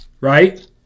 right